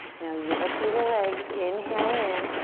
now zip up through the legs, inhale in.